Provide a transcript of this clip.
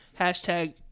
Hashtag